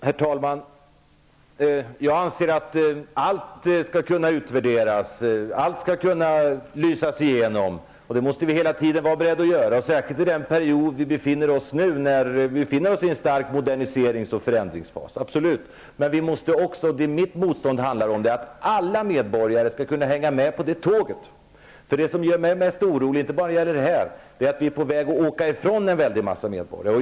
Herr talman! Jag anser att allt skall kunna utvärderas och belysas. Det måste vi hela tiden vara beredda att göra, särskilt nu när vi befinner oss i en period av stark modernisering och förändring. Mitt motstånd handlar om att alla medborgare skall kunna hänga med på det tåget. Det som gör mig mest orolig -- inte bara i den här frågan -- är att vi är på väg att åka ifrån en mängd medborgare.